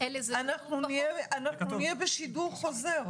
אנחנו נהיה בשידור חוזר.